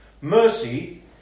mercy